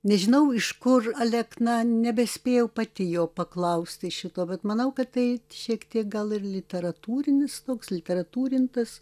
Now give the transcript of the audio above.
nežinau iš kur alekna nebespėjau pati jo paklausti šito bet manau kad tai šiek tiek gal ir literatūrinis toks literatūrintas